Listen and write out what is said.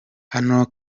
hano